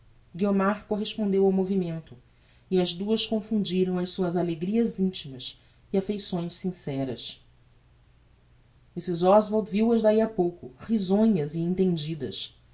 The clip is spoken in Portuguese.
guiomar correspondeu ao movimento e as duas confundiram as suas alegrias intimas e affeições sinceras mrs oswald viu as dahi a pouco risonhas e entendidas